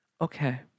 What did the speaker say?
Okay